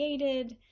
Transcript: created